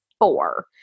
four